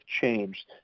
changed